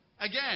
again